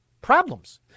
problems